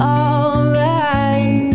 alright